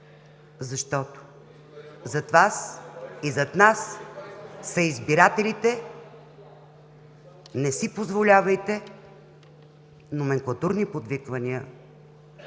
Зад Вас и зад нас са избирателите. Не си позволявайте номенклатурни подвиквания,